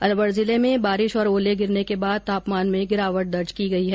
अलवर जिले में बारिश और ओले गिरने के बाद तापमान में गिरावट दर्ज की गई है